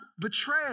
betray